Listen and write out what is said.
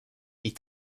est